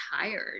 tired